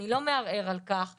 אני לא מערער על כך ואני,